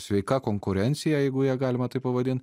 sveika konkurencija jeigu ją galima taip pavadin